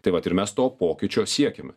tai vat ir mes to pokyčio siekiame